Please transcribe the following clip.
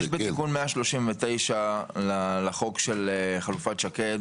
יש בתיקון 139 לחוק של חלופת שקד,